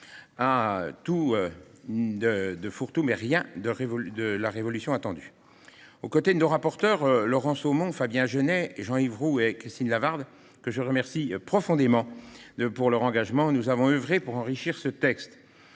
a tout du fourre-tout et ne constitue en rien la révolution attendue. Aux côtés de nos rapporteurs Laurent Somon, Fabien Genet, Jean-Yves Roux et Christine Lavarde, que je remercie profondément de leur engagement, nous avons oeuvré pour enrichir ce texte,